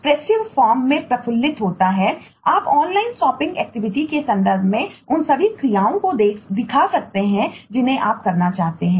इस लेवल के संदर्भ में उन सभी क्रियाओं का दिखा सकते हैं जिन्हें आप करना चाहते हैं